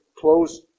close